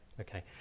Okay